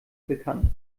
bekannt